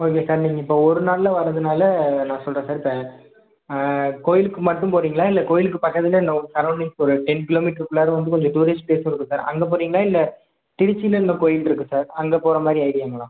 okay sir நீங்கள் இப்போ ஒரு நாளில் வர்றதுனால நான் சொல்கிறேன் சார் இப்போ கோவிலுக்கு மட்டும் போகிறீங்களா இல்லைக் கோவிலுக்கு பக்கத்துலேயே இன்னோரு சரௌண்டிங்ஸில் ஒரு டென் கிலோ மீட்ருக்குள்ளார வந்துக் கொஞ்சம் டூரிஸ்ட் ப்ளேஸும் இருக்குது சார் அங்கேப் போகிறீங்களா இல்லை திருச்சியில் கோவில் இருக்குது சார் அங்கேப் போகிற மாதிரி ஐடியாங்ளா